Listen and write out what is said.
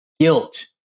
guilt